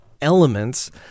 elements